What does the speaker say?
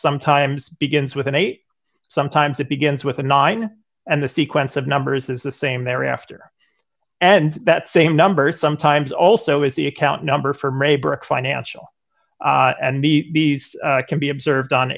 sometimes begins with an eight sometimes it begins with a nine and the sequence of numbers is the same thereafter and that same number sometimes also is the account number from a brick financial and the beast can be observed on